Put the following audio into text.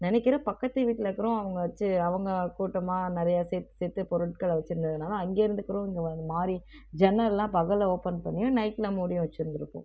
நினைக்கிறேன் பக்கத்து வீட்டில் கூட அவங்க வச்சு அவங்க கூட்டமாக நிறையா சேர்த்து சேர்த்து பொருட்களை வச்சுருந்ததுனால அங்கேயிருந்து கூட இங்கே மாறி ஜன்னல்லாம் பகலில் ஓபன் பண்ணியும் நைட்டில் மூடியும் வச்சுருந்துக்கும்